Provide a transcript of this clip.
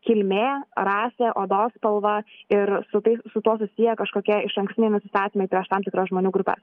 kilmė rasė odos spalva ir su tais su tuo susiję kažkokie išankstiniai nusistatymai prieš tam tikras žmonių grupes